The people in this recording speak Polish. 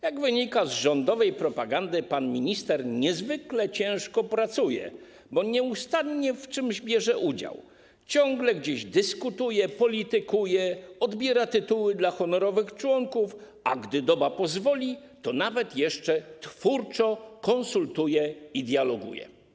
Jak wynika z rządowej propagandy, pan minister niezwykle ciężko pracuje, bo nieustannie w czymś bierze udział, ciągle gdzieś dyskutuje, politykuje, odbiera tytuły dla honorowych członków, a gdy doba pozwoli, to nawet jeszcze twórczo konsultuje i dialoguje.